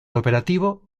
operativo